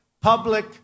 public